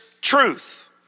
truth